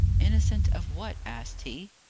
innocent of what? asked he.